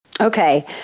Okay